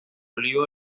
olivo